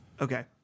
Okay